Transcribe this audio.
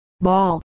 Ball